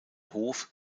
hof